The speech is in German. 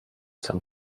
zum